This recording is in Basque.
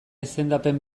izendapen